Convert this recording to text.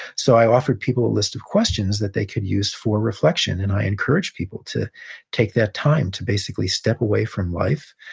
so, i offered people a list of questions that they could use for reflection. and i encourage people to take that time to basically step away from life,